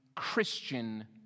Christian